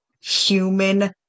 human